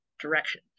direction